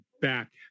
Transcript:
back